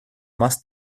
más